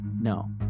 No